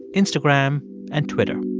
instagram and twitter.